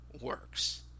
works